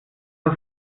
das